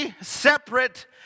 separate